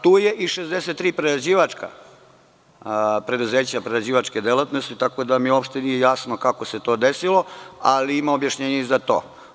Tu su i 63 prerađivačka preduzeća, prerađivačke delatnosti, tako da mi uopšte nije jasno kako se to desilo, ali ima objašnjenja i za to.